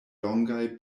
longaj